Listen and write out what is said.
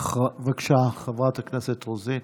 בבקשה, חברת הכנסת רוזין.